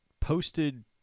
posted